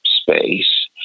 space